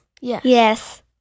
Yes